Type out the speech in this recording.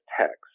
text